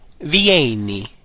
Vieni